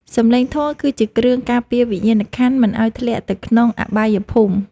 សំឡេងធម៌គឺជាគ្រឿងការពារវិញ្ញាណក្ខន្ធ មិនឱ្យធ្លាក់ទៅក្នុងអបាយភូមិ។